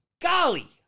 golly